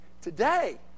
today